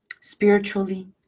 spiritually